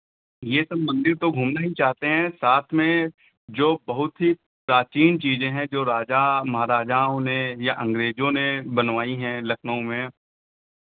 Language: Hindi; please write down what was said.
ये सब मंदिर तो घूमना ही चाहते हैं साथ में जो बहुत ही प्राचीन चीज़ें हैं जो राजा महाराजाओं ने या अंग्रेजों ने बनवाई हैं लखनऊ में